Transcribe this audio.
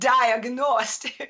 diagnosed